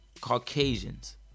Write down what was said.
Caucasians